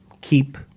keep